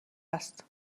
است